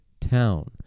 town